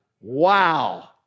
Wow